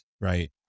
right